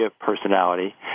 personality